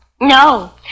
No